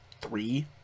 three